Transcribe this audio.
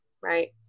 Right